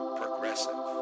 progressive